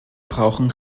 brauchen